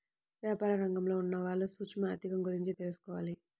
యాపార రంగంలో ఉన్నవాళ్ళు సూక్ష్మ ఆర్ధిక గురించి తెలుసుకోవాలి